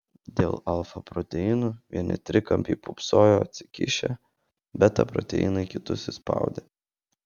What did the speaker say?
dėl alfa proteinų vieni trikampiai pūpsojo atsikišę beta proteinai kitus įspaudė